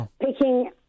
picking